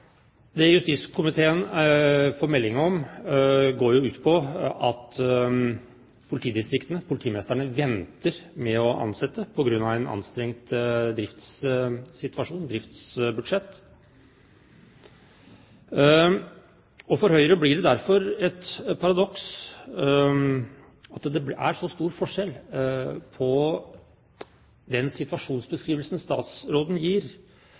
Det justiskomiteen får melding om, går ut på at politidistriktene, politimestrene, venter med å ansette på grunn av anstrengt driftssituasjon og driftsbudsjett. For Høyre blir det derfor et paradoks at det er så stor forskjell på den situasjonsbeskrivelsen statsråden gir,